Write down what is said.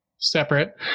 Separate